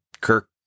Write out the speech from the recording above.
Kirk